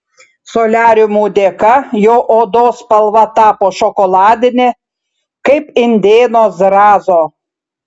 soliariumų dėka jo odos spalva tapo šokoladinė kaip indėno zrazo